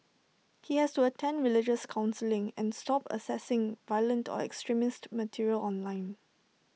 he has to attend religious counselling and stop accessing violent or extremist material online